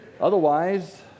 Otherwise